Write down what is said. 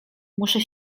muszę